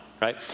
right